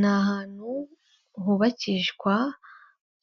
Ni ahantu hubakishwa